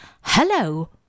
hello